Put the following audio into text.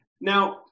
Now